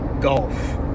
golf